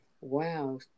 Wow